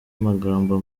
magambo